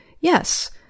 Yes